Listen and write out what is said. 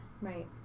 right